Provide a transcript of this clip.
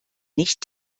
nicht